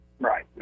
Right